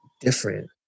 different